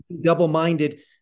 double-minded